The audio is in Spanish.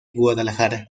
guadalajara